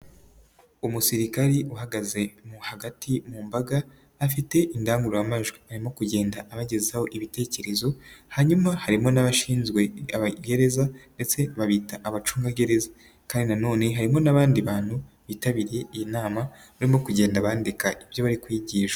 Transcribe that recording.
Umusirikare uhagaze mu hagati mu mbaga afite indangururamajwi, arimo kugenda abagezaho ibitekerezo hanyuma harimo n'abashinzwe amagereza ndetse babita abacungagereza, kandi nanone harimo n'abandi bantu bitabiriye iyi nama barimo kugenda bandika ibyo bari kwigishwa.